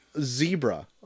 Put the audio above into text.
Zebra